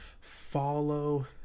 follow